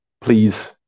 please